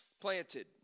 Planted